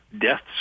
deaths